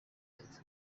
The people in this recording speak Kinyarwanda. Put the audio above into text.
hepfo